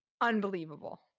unbelievable